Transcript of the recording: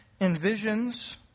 envisions